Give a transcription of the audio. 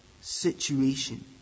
situation